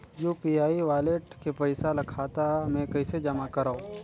UPI wallet के पईसा ल खाता मे कइसे जमा करव?